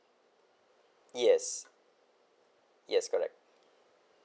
yes yes correct